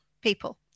people